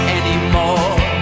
anymore